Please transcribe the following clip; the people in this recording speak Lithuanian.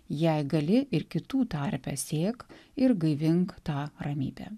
jei gali ir kitų tarpe sėk ir gaivink tą ramybę